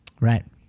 Right